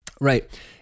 Right